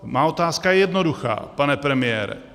Má otázka je jednoduchá, pane premiére.